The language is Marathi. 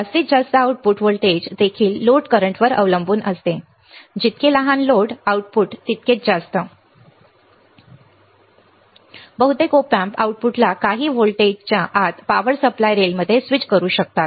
जास्तीत जास्त आउटपुट व्होल्टेज देखील लोड चालू उजव्यावर अवलंबून असते जितके लहान लोड आउटपुट मोठ्या लोड उजवीकडे जास्त जाऊ शकते बहुतेक ऑप अॅम्प्स आउटपुटला काही व्होल्टच्या आत पॉवर सप्लाय रेलमध्ये स्विच करू शकतात